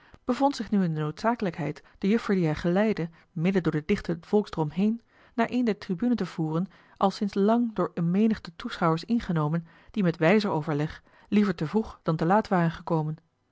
bevond zich nu in de noodzakelijkheid de juffer die hij geleidde midden door den dichten volksdrom heen naar eene der tribunen te voeren al sinds lang door eene menigte toeschouwers ingenomen die met wijzer overleg liever te vroeg dan te laat waren gekomen